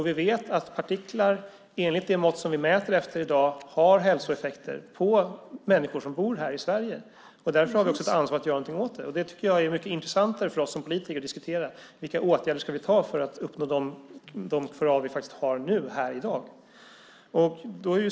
Vi vet att partiklar, enligt det mått som vi mäter efter i dag, har hälsoeffekter på människor som bor här i Sverige. Därför har vi också ansvar för att göra något åt det. Det tycker jag är mycket intressantare för oss som politiker att diskutera. Vilka åtgärder ska vi vidta för att uppnå de krav vi faktiskt har här i dag?